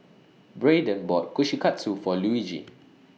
Braeden bought Kushikatsu For Luigi